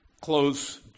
Close